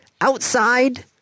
Outside